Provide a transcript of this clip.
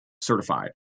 certified